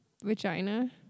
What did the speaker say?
vagina